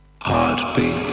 Heartbeat